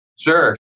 Sure